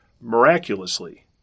Miraculously